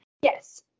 Yes